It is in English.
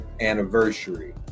anniversary